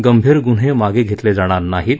गंभीर गुन्हे मागे घेतले जाणार नाहीत